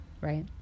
right